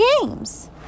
games